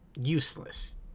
useless